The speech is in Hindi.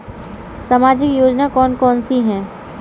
सामाजिक योजना कौन कौन सी हैं?